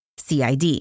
CID